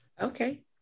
Okay